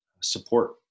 support